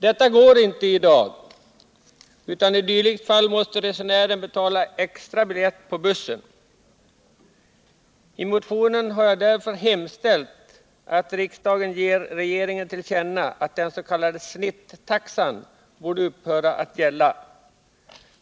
Detta går inte i dag, utan i dylikt fall måste resenären betala extra biljett på bussen. I motionen har jag därför hemställt att riksdagen skall ge regeringen till känna att den s.k. snittaxan borde upphöra att gälla.